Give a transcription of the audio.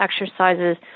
exercises